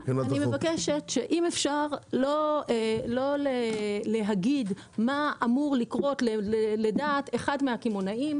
אני מבקשת אם אפשר לא להגיד מה אמור לקרות לדעת אחד מהקמעונאים,